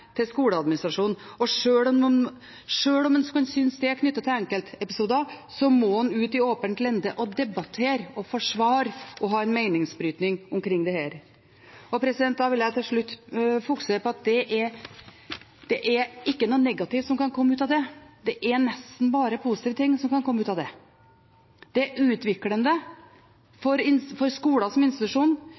en synes at det er knyttet til enkeltepisoder, må en ut i åpent lende og debattere, forsvare og ha en meningsbrytning om dette. Til slutt vil jeg fokusere på at det ikke er noe negativt som kan komme ut av det. Det er nesten bare positive ting som kan komme ut av det. Det er utviklende for skolen som institusjon,